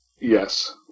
Yes